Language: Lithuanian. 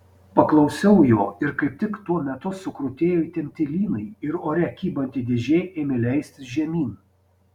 paklausiau jo ir kaip tik tuo metu sukrutėjo įtempti lynai ir ore kybanti dėžė ėmė leistis žemyn